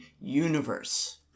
universe